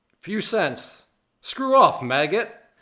fewcents, screw off maggot.